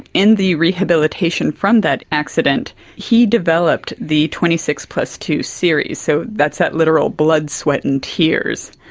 in the rehabilitation from that accident he developed the twenty six plus two series. so that's that literal blood, sweat and tears.